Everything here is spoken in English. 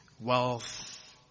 wealth